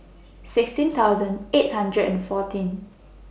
sixteen thousand eight hundred and fourteen